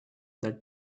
that